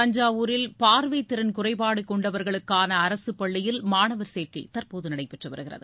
தஞ்சாவூரில் பார்வைத்திறன் குறைபாடுகளைக் கொண்டவர்களுக்கான அரசுப்பள்ளியில் மாணவர் சேர்க்கை தற்போது நடைபெற்று வருகிறது